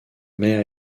mais